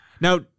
Now